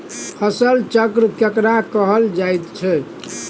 फसल चक्र केकरा कहल जायत छै?